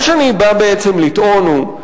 מה שאני בא בעצם לטעון הוא,